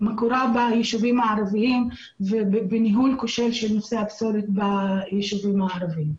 מקורה בישובים הערביים ובניהול כושל של נושא הפסולת בישובים הערביים.